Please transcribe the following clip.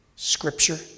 Scripture